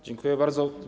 Dziękuję bardzo.